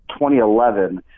2011